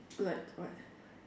good at what